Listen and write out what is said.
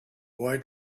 boy